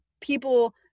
people